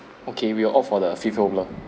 okay we will opt for the free flow [lar]